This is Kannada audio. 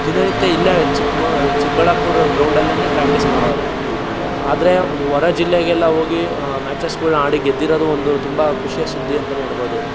ದಿನನಿತ್ಯ ಇಲ್ಲೇ ಚಿಕ್ಕ ಚಿಕ್ಕಬಳ್ಳಾಪುರ ಗ್ರೌಂಡಲ್ಲೆ ಪ್ರಾಕ್ಟಿಸ್ ಮಾಡೋದು ಆದರೆ ಹೊರ ಜಿಲ್ಲೆಗೆಲ್ಲ ಹೋಗಿ ಮ್ಯಾಚಸ್ಗಳ್ನ ಆಡಿ ಗೆದ್ದಿರೋದು ಒಂದು ತುಂಬ ಖುಷಿಯ ಸುದ್ದಿ ಅಂತಾನೆ ಹೇಳ್ಬೋದು